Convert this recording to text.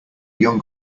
young